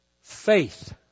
faith